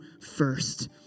first